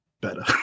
better